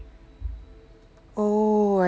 oh I see